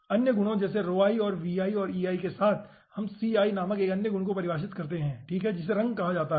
अन्य गुणों जैसे और और के साथ हम Ci नामक एक अन्य गुण को परिभाषित करते हैं ठीक है जिसे रंग कहा जाता है